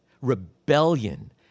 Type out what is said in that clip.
rebellion